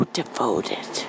devoted